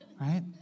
Right